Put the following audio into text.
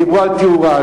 דיברו על תאורה,